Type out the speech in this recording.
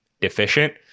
deficient